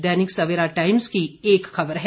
दैनिक Savera Times की एक खबर है